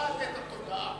קובעת את התודעה.